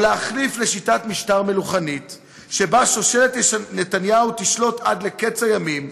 או להחליף לשיטת משטר מלוכנית שבה שושלת נתניהו תשלוט עד לקץ הימים,